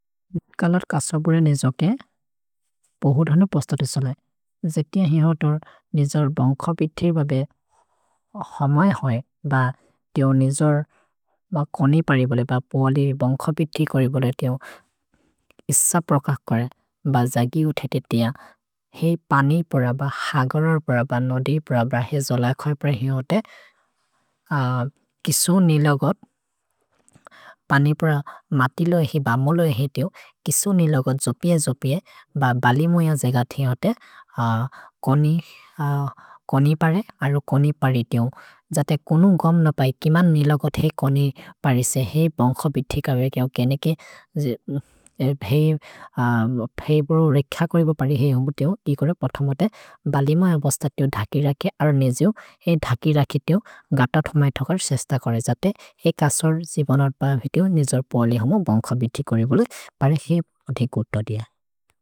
निद् कलर् कसबुरे निजोके पहुधनु पस्तते सलै। जे तिअ हि होतोर् निजोर् बोन्ग्ख पिथिर् बबे हमए होइ। भ तिओ निजोर्, ब कोनि परि बोले, ब पोलि बोन्ग्ख पिथिर् करि बोले तिओ इस प्रकक् करे। भ जगि उथेते तिअ। हि पनि पोर, ब हगरर् पोर, ब नोदि पोर, ब हे जोलय् खोय् पर हि होते। किसु निलोगत् पनि पोर मतिलो हि, ब मोलो हि तिओ। किसु निलोगत् जोपिए जोपिए, ब बलिमोय जेग थि होते। कोनि, कोनि परे, अरो कोनि परि तिओ। जते कुनु गोम् न पए, किमन् निलोगत् हेइ कोनि परे इसे। हेइ बोन्ग्ख पिथिर् करे केओ। केने के, हेइ, हेइ बोरु रेख्य करिबो परे हेइ हुमु तिओ। ति कोरे पोथमोते बलिमोय बोस्तते तिओ धकिरके। अरो नेजिउ हेइ धकिरके तिओ गत थोमए थोकरे सेस्त करे जते। हेइ कसुर् जिबनर् पवेते तिओ नेजर् पोले हुमु बोन्ग्ख पिथिर् करि बोले। परे हेइ ओधेइ गोत दिय।